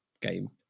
game